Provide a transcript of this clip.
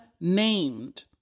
named